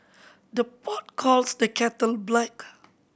the pot calls the kettle black